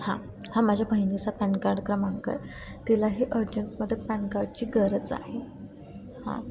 हां हां माझ्या बहिणीचा पॅन कार्ड क्रमांक आहे तिलाही अर्जंटमध्ये पॅन कार्डची गरज आहे हां